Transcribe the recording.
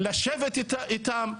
לשבת איתם,